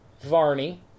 Varney